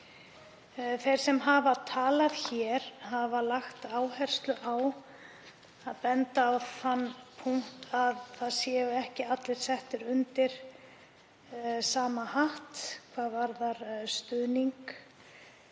Þeir sem hafa talað hér hafa bent á þann punkt að það séu ekki allir settir undir sama hatt hvað varðar stuðning,